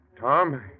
Tom